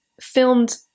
filmed